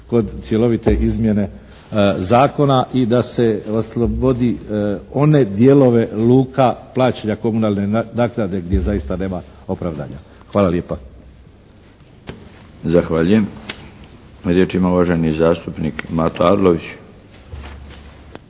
kod cjelovite izmjene zakona i da se oslobodi one dijelove luka, plaćanja komunalne naknade gdje zaista nema opravdanja. Hvala lijepa. **Milinović, Darko (HDZ)** Zahvaljujem. Riječ ima uvaženi zastupnik Mato Arlović.